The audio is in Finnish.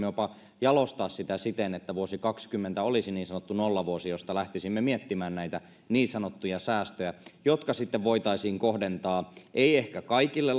jopa jalostaa sitä siten että vuosi kaksikymmentä olisi niin sanottu nollavuosi josta lähtisimme miettimään näitä niin sanottuja säästöjä jotka sitten voitaisiin kohdentaa ei ehkä kaikille